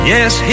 Yes